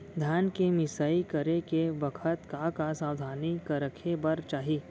धान के मिसाई करे के बखत का का सावधानी रखें बर चाही?